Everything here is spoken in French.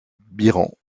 byron